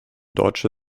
deutsche